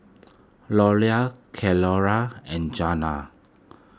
Loula Cleora and Jeana